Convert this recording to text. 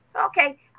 okay